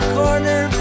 corner